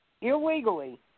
illegally